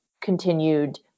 continued